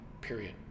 period